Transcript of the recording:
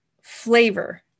flavor